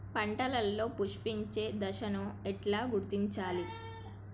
పంటలలో పుష్పించే దశను ఎట్లా గుర్తించాలి?